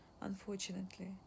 unfortunately